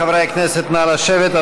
חברי הכנסת, נא לשבת.